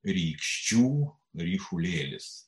rykščių ryšulėlis